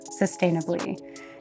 sustainably